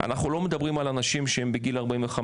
אנחנו לא מדברים על אנשים בני 45